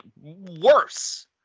worse